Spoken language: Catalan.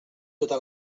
tota